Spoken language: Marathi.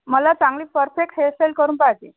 मला चांगली परफेक्ट हेअरस्टाईल करून पाहिजे